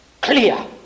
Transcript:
clear